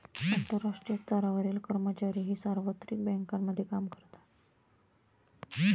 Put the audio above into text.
आंतरराष्ट्रीय स्तरावरील कर्मचारीही सार्वत्रिक बँकांमध्ये काम करतात